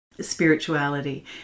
spirituality